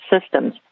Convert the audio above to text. systems